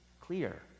clear